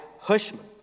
Hushman